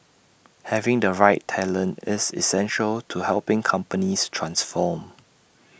having the right talent is essential to helping companies transform